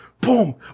boom